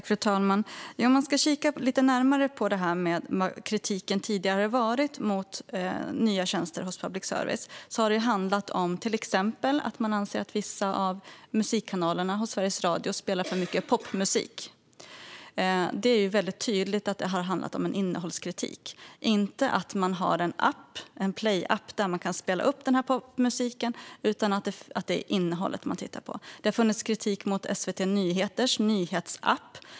Fru talman! Om man kikar lite närmare på den tidigare kritiken mot nya tjänster hos public service kan man se att det exempelvis har handlat om att man anser att vissa av musikkanalerna på Sveriges radio spelar för mycket popmusik. Det är tydligt att det har handlat om en innehållskritik, inte att man har en playapp där man kan spela upp popmusiken utan man har tittat på just innehållet. Det har funnits kritik mot SVT Nyheters nyhetsapp.